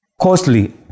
costly